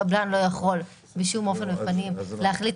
הקבלן לא יכול בשום אופן ופנים להחליט